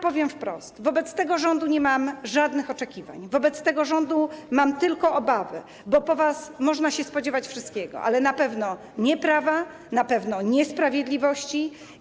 Powiem wprost: wobec tego rządu nie mam żadnych oczekiwań, wobec tego rządu mam tylko obawy, bo po was można się spodziewać wszystkiego, ale na pewno nie prawa, na pewno nie sprawiedliwości.